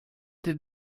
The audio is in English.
did